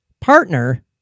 partner